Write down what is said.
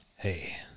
Hey